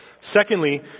Secondly